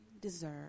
deserve